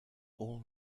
all